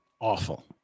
awful